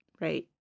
Right